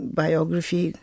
biography